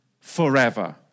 forever